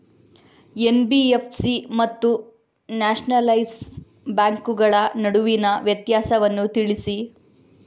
NBFC ಮತ್ತು nationalise ಬ್ಯಾಂಕುಗಳ ನಡುವಿನ ವ್ಯತ್ಯಾಸವನ್ನು ತಿಳಿಸಿ?